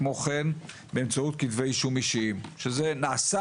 כמו כן באמצעות כתבי אישום אישיים, שזה נעשה.